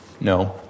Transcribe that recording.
No